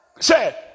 Say